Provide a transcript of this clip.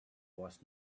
was